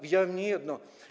Widziałem niejedno.